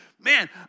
man